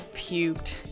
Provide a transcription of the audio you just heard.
puked